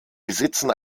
besitzen